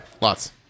lots